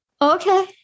Okay